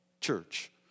church